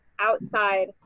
outside